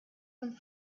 von